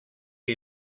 que